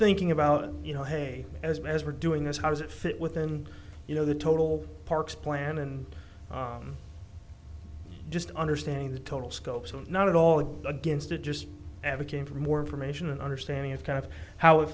thinking about it you know hey as much as we're doing this how does it fit within you know the total park's plan and just understand the total scope so not at all against it just advocating for more information and understanding of kind of how it